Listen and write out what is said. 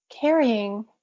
carrying